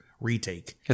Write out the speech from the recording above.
retake